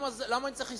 למה אני צריך לסבול?